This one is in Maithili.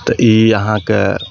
तऽ ई अहाँके